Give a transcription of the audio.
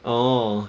orh